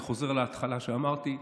אני חוזר להתחלה, אמרתי: